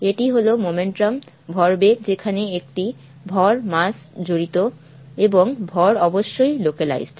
এটি হল ভরবেগ যেখানে একটি ভর জড়িত এবং ভর অবশ্যই লোকেলাইসড